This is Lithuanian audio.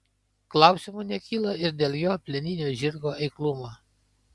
klausimų nekyla ir dėl jo plieninio žirgo eiklumo